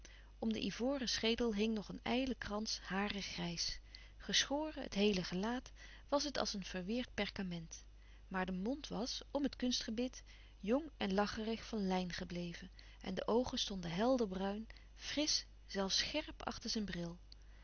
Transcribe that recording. om den ivoren schedel hing nog een ijle krans haren grijs geschoren het heele gelaat was het als een verweerd perkament maar de mond was om het kunstgebit jong en lacherig van lijn gebleven en de oogen stonden helder bruin frisch zelfs scherp achter zijn bril